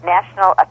National